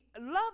Love